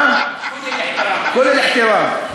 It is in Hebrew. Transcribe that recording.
בבקשה.